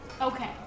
Okay